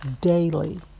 daily